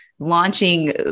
launching